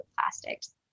plastics